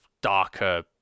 darker